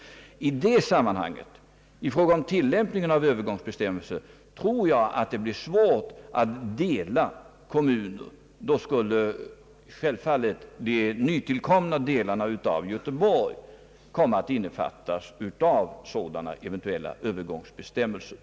I det sammanhanget, i fråga om tilllämpningen av övergångsbestämmelserna, tror jag att det blir svårt att dela kommuner. Då skulle självfallet de nytillkomna delarna av Göteborg innefattas i sådana eventuella övergångsbestämmelser.